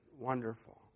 wonderful